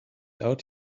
out